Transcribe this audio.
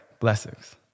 Blessings